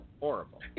horrible